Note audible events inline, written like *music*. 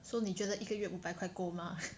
so 你觉得一个月五百块够吗 *laughs*